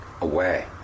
away